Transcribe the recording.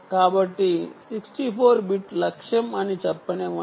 కాబట్టి 64 బిట్ లక్ష్యం అని చెప్పనివ్వండి